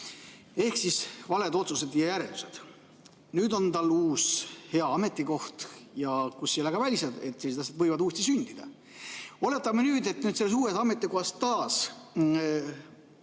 Ehk valed otsused ja järeldused. Nüüd on tal uus hea ametikoht, kus ei ole ka välistatud, et sellised asjad võivad uuesti sündida. Oletame nüüd, et selles uues ametis taas